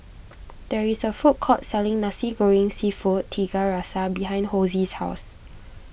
there is a food court selling Nasi Goreng Seafood Tiga Rasa behind Hosie's house